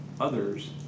others